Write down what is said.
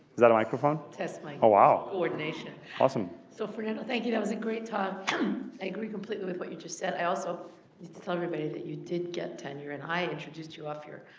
is that microphone? test mike. oh, wow! coordination. awesome. so fernando, thank you. that was a great talk. i agree completely with what you just said. i also need to tell everybody that you did get tenure and i introduced you off here,